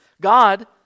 God